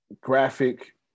Graphic